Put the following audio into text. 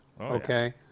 Okay